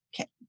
Okay